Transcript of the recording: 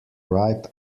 ripe